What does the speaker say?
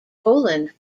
poland